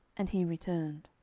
and he returned.